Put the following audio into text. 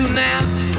now